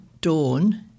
dawn